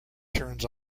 turns